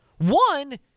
One